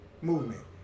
movement